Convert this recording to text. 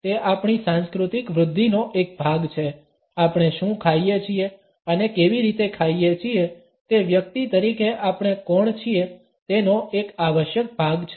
તે આપણી સાંસ્કૃતિક વૃદ્ધિનો એક ભાગ છે આપણે શું ખાઈએ છીએ અને કેવી રીતે ખાઈએ છીએ તે વ્યક્તિ તરીકે આપણે કોણ છીએ તેનો એક આવશ્યક ભાગ છે